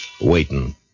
waiting